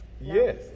Yes